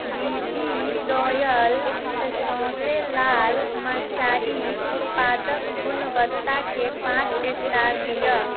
B B royal सौँसे लाल मरचाइ उत्पादक गुणवत्ताके पाँच एस्टार दिअ